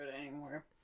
anymore